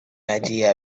idea